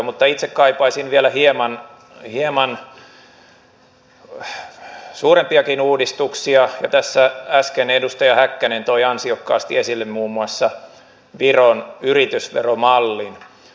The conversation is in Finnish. mutta itse kaipaisin vielä hieman suurempiakin uudistuksia ja tässä äsken edustaja häkkänen toi ansiokkaasti esille muun muassa viron yritysveromallin